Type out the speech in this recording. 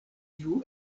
tiu